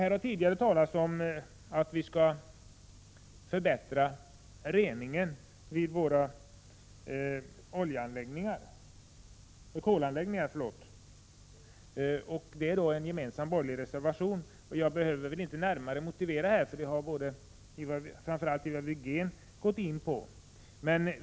Här har tidigare talats om att förbättra reningen vid våra koleldningsanläggningar. Detta behandlas i en gemensam borgerlig reservation. Jag behöver inte motivera detta närmare, eftersom framför allt Ivar Virgin har gjort det.